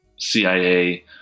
CIA